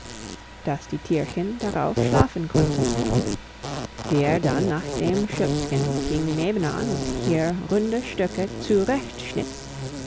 dass die tierchen darauf schlafen konnten wie er dann nach dem schöpfchen ging nebenan und hier runde stöcke